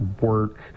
work